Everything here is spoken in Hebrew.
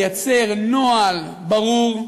לייצר נוהל ברור,